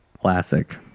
Classic